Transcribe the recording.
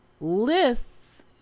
lists